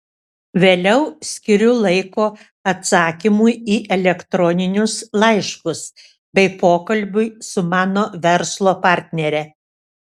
vėliau skiriu laiko atsakymui į elektroninius laiškus bei pokalbiui su mano verslo partnere